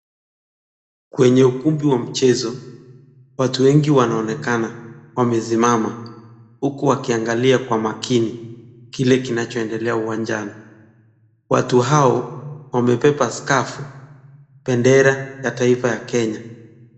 Kwenye ukumbi wa mchezo watu wengi wanonekana wamesimama, huku wakiangalia kwa makini kile kinacho endelea uwanjani. Watu hao wamebeba scarf ,bendera ya taifa ya Kenya.